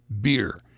beer